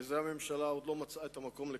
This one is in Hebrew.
בזה הממשלה עוד לא מצאה את המקום לקצץ.